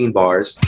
bars